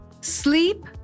sleep